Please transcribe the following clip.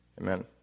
Amen